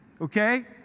Okay